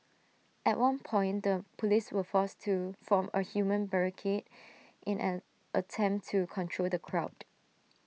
at one point the Police were forced to form A human barricade in an attempt to control the crowd